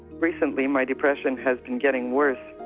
recently, my depression has been getting worse,